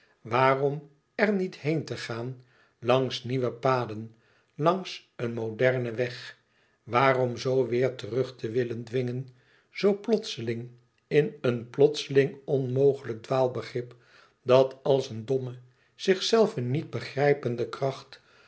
waarom er niet heen te gaan langs nieuwe paden langs een modernen weg waarom zoo weèr terug te willen dwingen zoo plotseling in een plotseling onmogelijk aargang dwaalbegrip dat als een domme zichzelve niet begrijpende kracht